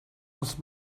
els